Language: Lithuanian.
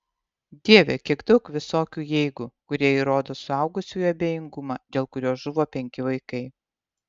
dieve kiek daug visokių jeigu kurie įrodo suaugusiųjų abejingumą dėl kurio žuvo penki vaikai